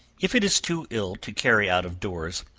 if it is too ill to carry out of doors,